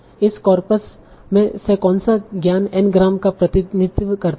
इस कॉर्पस से कौनसा ज्ञान N ग्राम का प्रतिनिधित्व करता है